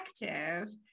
effective